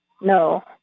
no